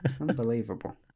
unbelievable